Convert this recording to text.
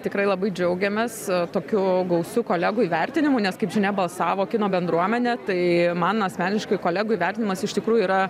tikrai labai džiaugiamės tokiu gausu kolegų įvertinimu nes kaip žinia balsavo kino bendruomenė tai man asmeniškai kolegų įvertinimas iš tikrųjų yra